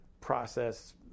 process